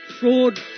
fraud